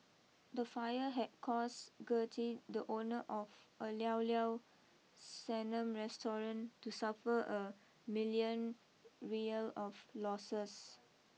the fire had caused Gertie the owner of a Liao Liao Sanum restaurant to suffer a million Riyal of losses